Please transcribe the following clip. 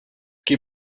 qui